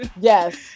yes